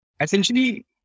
essentially